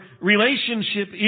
relationship